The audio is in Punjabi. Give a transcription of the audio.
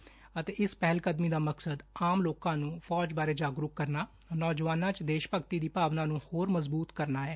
ੳਤੇ ਇਸ ਪਹਿਲ ਕਦਮੀ ਦਾ ਮਕਸਦ ਆਮ ਲੋਕਾਂ ਨੂੰ ਫੋਜ ਬਾਰੇ ਜਾਗਰੁਕ ਕਰਨਾ ਨੋਜਵਾਨਾਂ 'ਚ ਦੇਸ਼ ਭਗਤੀ ਦੀ ਭਾਵਨਾ ਨੂੰ ਹੋਰ ਮਜਬੂਤ ਕਰਨਾ ਹੈ